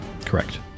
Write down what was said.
correct